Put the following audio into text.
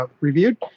reviewed